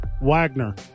Wagner